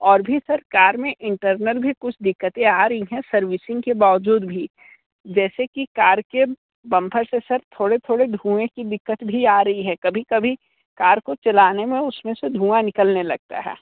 और भी sir car में इंटरनल भी कुछ दिक्कतें आ रही है सर्विसिंग के बावजूद भी जैसे की कार के बंपर से सर थोड़ थोड़े धुएं की दिक्कत भी आ रही है कभी कभी कार के चलाने में उसमें से धूँआ निकलने लगता है